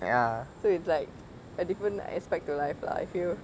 so it's like a different aspect to life lah I feel